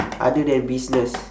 other than business